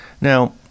Now